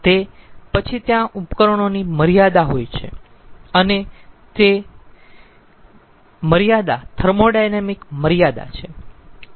તે પછી ત્યાં ઉપકરણોની મર્યાદા હોય છે અને તે મર્યાદા થર્મોોડાયનેમિક મર્યાદા છે